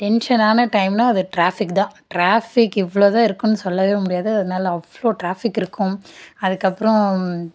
டென்ஷனான டைம்ன்னா அது டிராஃபிக் தான் டிராஃபிக் இவ்வளோ தான் இருக்கும்னு சொல்லவே முடியாது அதனால் அவ்வளோ டிராஃபிக் இருக்கும் அதற்கப்றம்